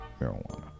marijuana